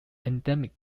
endemic